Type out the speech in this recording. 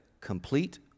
complete